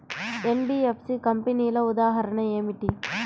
NBFC కంపెనీల ఉదాహరణ ఏమిటి?